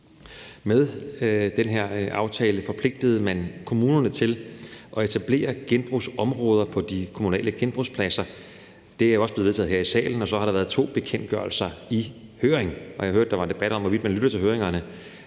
Med den her aftale forpligtede man kommunerne til at etablere genbrugsområder på de kommunale genbrugspladser. Det er også blevet vedtaget her i salen, og så har der været to bekendtgørelser i høring. Jeg hørte, at der var debat om, hvorvidt man lytter til høringerne.